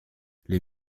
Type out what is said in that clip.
les